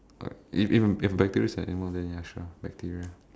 if if if bacteria is an animal then ya sure bacteria